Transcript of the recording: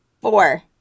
Four